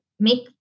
make